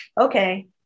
okay